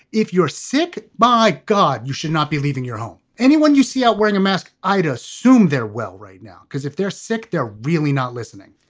if you're sick. by god, you should not be leaving your home. anyone you see ah wearing a mask, i'd assume they're well right now, because if they're sick, they're really not listening.